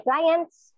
clients